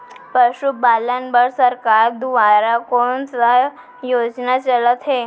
पशुपालन बर सरकार दुवारा कोन स योजना चलत हे?